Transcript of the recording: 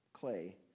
clay